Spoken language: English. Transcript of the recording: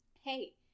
Hey